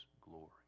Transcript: glory